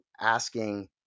asking